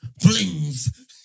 flings